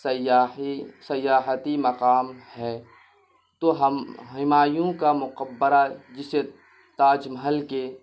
سیاحی سیاحتی مقام ہے تو ہم ہمایوں کا مقبرہ جسے تاج محل کے